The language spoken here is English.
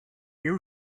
new